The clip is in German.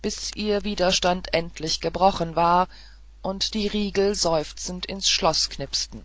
bis ihr widerstand endgültig gebrochen war und die riegel seufzend ins schloß knipsten